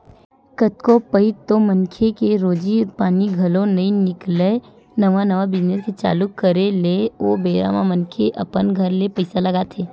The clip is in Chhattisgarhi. कतको पइत तो मनखे के रोजी पानी घलो नइ निकलय नवा नवा बिजनेस के चालू करे ले ओ बेरा म मनखे अपन घर ले पइसा लगाथे